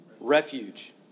Refuge